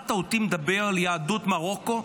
שמעת אותי מדבר על יהדות מרוקו?